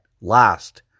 last